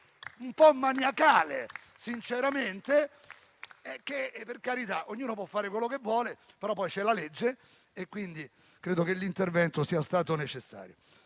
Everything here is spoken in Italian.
un po' maniacale, sinceramente. Per carità, ognuno può fare quello che vuole; però poi c'è la legge e quindi credo che l'intervento sia stato necessario.